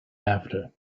after